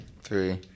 Three